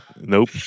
Nope